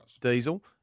diesel